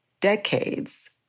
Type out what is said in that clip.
decades